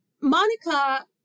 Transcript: monica